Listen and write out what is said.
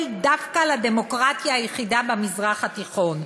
דווקא לדמוקרטיה היחידה במזרח התיכון.